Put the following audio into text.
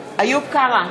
בעד איוב קרא,